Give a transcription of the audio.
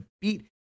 beat